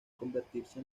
convertirse